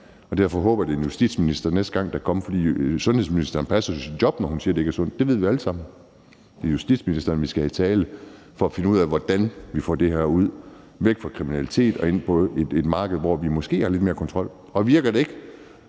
at det næste gang er en justitsminister, der kommer, for sundhedsministeren passer jo sit job, når hun siger, at det ikke er sundt; det ved vi jo alle sammen. Det er justitsministeren, vi skal have i tale for at finde ud af, hvordan vi får det her væk fra kriminalitet og ind på et marked, hvor vi måske har lidt mere kontrol. Og virker det ikke,